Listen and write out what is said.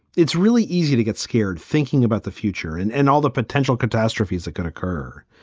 it's really easy to get scared thinking about the future and and all the potential catastrophes that can occur.